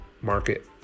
market